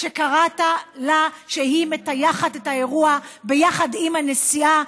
שקראת לה שהיא מטייחת את האירוע ביחד עם הנשיאה,